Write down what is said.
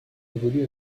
évolue